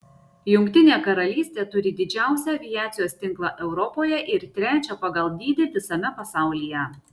jungtinė karalystė turi didžiausią aviacijos tinklą europoje ir trečią pagal dydį visame pasaulyje